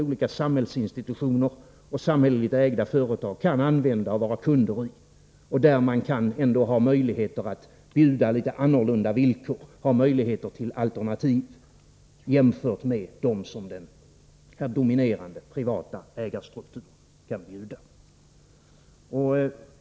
olika samhällsinstitutioner och samhälleligt ägda företag kan vara kunder i och där man kan ha möjlighet att ha litet annorlunda villkor, möjligheter till alternativ jämfört med vad bankerna med den dominerande privata ägarstrukturen kan bjuda.